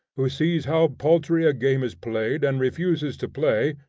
who sees how paltry a game is played, and refuses to play,